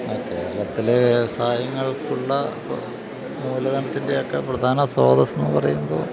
കേരളത്തിലെ വ്യവസായങ്ങൾക്കുള്ള മൂലധനത്തിൻ്റെയൊക്കെ പ്രധാന സ്രോതസ്സെന്ന് പറയുമ്പോള്